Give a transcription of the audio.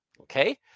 okay